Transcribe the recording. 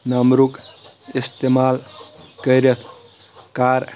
نَمبرُک استعمال کٔرِتھ کر